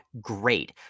great